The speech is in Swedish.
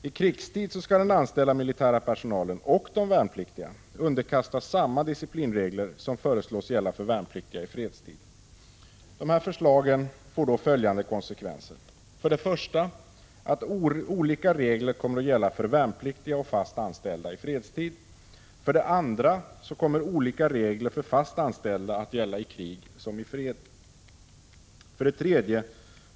I krigstid skall den anställda militära personalen och de värnpliktiga underkastas samma disciplinregler som föreslås gälla för värnpliktiga i fredstid. Dessa förslag får följande konsekvenser. 1. Olika regler kommer att gälla för värnpliktiga och för fast anställda i fredstid. 2. Olika regler kommer att gälla för fast anställda i krig och fred. 3.